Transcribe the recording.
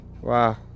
Wow